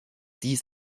dies